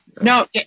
No